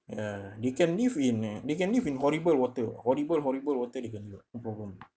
ya they can live in uh they can live in horrible water horrible horrible water they can live [what] no problem